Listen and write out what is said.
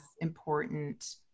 important